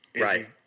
Right